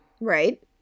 Right